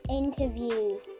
interviews